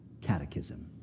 catechism